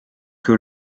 que